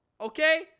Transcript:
Okay